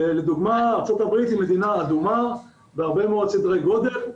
לדוגמה ארצות הברית היא מדינה אדומה בהרבה מאוד סדרי גודל,